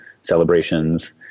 celebrations